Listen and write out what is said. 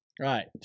Right